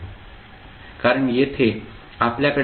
कारण येथे आपल्याकडे sα आहे